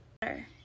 better